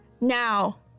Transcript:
Now